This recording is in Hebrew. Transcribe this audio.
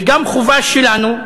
וגם חובה שלנו,